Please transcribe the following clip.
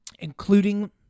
Including